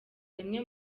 rimwe